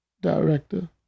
director